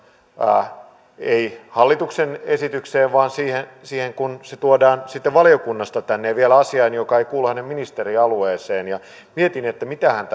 ei hallituksen esityksestä vaan siitä kun se tuodaan sitten valiokunnasta tänne ja vielä asiasta joka ei kuulu hänen ministerialueeseensa mietin mitähän